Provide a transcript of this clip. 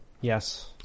yes